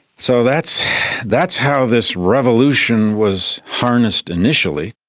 so that's that's how this revolution was harnessed initially.